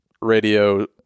radio